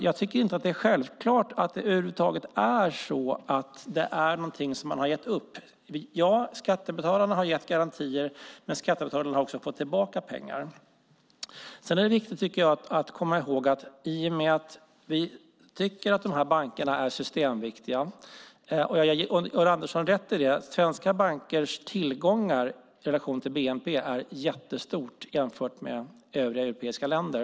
Jag tycker inte att det är självklart att det är någonting som man har gett upp. Ja, skattebetalarna har gett garantier, men skattebetalarna har också fått tillbaka pengar. Jag ger Ulla Andersson rätt i att svenska bankers tillgångar i relation till bnp är jättestora jämfört med övriga europeiska länders.